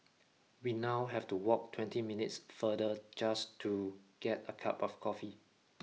we now have to walk twenty minutes further just to get a cup of coffee